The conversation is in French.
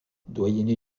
doyenné